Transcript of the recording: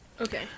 Okay